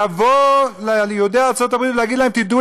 לבוא ליהודי ארצות הברית ולהגיד להם: תדעו